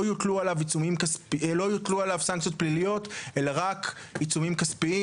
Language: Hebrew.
לא יוטלו עליו סנקציות פליליות אלא רק עיצומים כספיים,